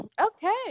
Okay